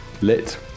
lit